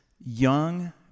young